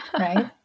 right